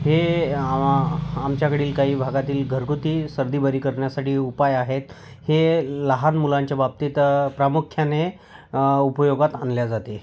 हे आमच्याकडील काही भागातील घरगुती सर्दी बरी करण्यासाठी उपाय आहेत हे लहान मुलांच्या बाबतीत प्रामुख्याने उपयोगात आणले जाते